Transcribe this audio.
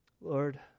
Lord